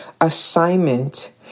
assignment